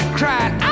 cried